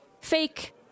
fake